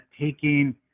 taking